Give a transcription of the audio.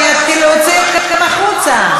אני אתחיל להוציא אתכם החוצה.